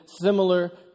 similar